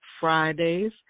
Fridays